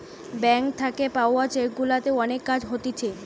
bank থাকে পাওয়া cheque গুলাতে অনেক কাজ হতিছে